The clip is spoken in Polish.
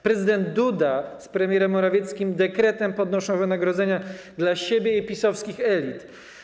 Prezydent Duda z premierem Morawieckim dekretem podnoszą wynagrodzenia dla siebie i PiS-owskich elit.